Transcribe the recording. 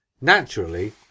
naturally